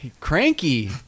Cranky